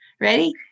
Ready